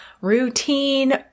routine